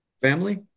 family